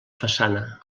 façana